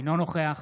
אינו נוכח